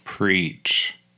Preach